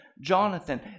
Jonathan